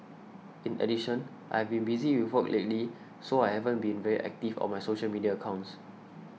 in addition I've been busy with work lately so I haven't been very active on my social media accounts